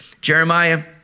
Jeremiah